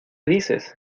dices